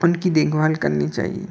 उनकी देखभाल करनी चाहिए